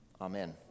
Amen